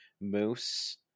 Moose